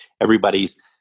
everybody's